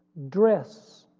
dress.